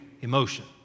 emotion